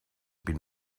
been